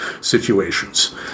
situations